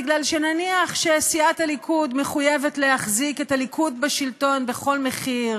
כי נניח שסיעת הליכוד מחויבת להחזיק את הליכוד בשלטון בכל מחיר,